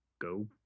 go